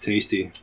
Tasty